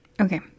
Okay